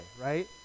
right